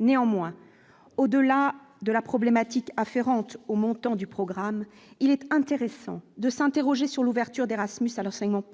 néanmoins au-delà de la problématique afférentes au montant du programme, il est intéressant de s'interroger sur l'ouverture d'Erasmus à alors 50